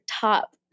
top